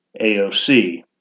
AOC